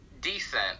decent